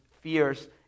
fears